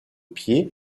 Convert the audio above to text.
pied